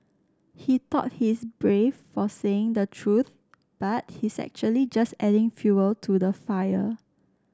he thought he's brave for saying the truth but he's actually just adding fuel to the fire